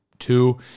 Two